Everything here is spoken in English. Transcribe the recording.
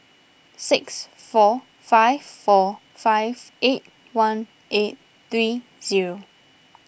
six four five four five eight one eight three zero